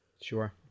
Sure